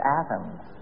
atoms